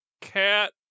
Cat